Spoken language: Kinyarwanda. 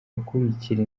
gukurikira